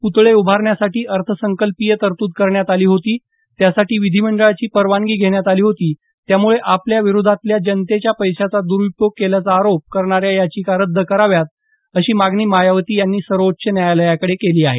प्तळे उभारण्यासाठी अर्थसंकल्पीय तरतूद करण्यात आली होती त्यासाठी विधीमंडळाची परवानगी घेण्यात आली होती त्यामुळे आपल्या विरोधातल्या जनतेच्या पैशाचा द्रुपयोग केल्याचा आरोप करणाऱ्या याचिका रद्द कराव्यात अशी मागणी मायावती यांनी सर्वोच्च न्यायालयाकडे केली आहे